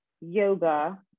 Yoga